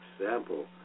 example